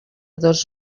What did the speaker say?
dos